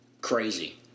crazy